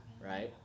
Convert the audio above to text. right